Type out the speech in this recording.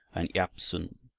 and iap sun.